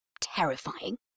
terrifying